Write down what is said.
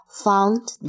found